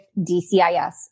DCIS